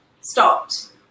stopped